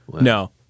no